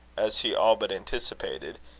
as he all but anticipated,